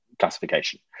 classification